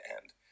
end